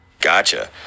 Gotcha